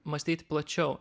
mąstyt plačiau